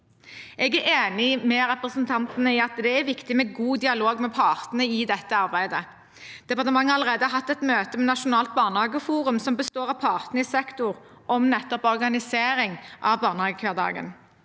Jeg er enig med representantene i at det er viktig med god dialog med partene i dette arbeidet. Departementet har allerede hatt et møte med Nasjonalt barnehageforum, som består av partene i sektoren, om nettopp organisering av barnehagehverdagen.